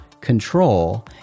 control